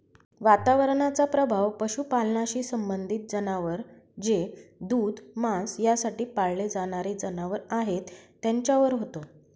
वातावरणाचा प्रभाव पशुपालनाशी संबंधित जनावर जे दूध, मांस यासाठी पाळले जाणारे जनावर आहेत त्यांच्यावर होतो